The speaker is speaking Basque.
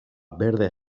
berde